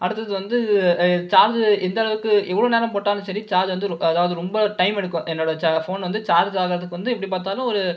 அடுத்தது வந்து சார்ஜ் எந்தளவுக்கு எவ்வளோ நேரம் போட்டாலும் சரி சார்ஜ் வந்து ரொ அதாவது ரொம்ப டைம் எடுக்கும் என்னோடய சா ஃபோன் சார்ஜ் ஆகாததுக்கு வந்து எப்படி பார்த்தாலும் ஒரு